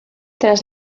tras